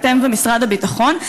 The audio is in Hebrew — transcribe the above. אתם ומשרד הביטחון,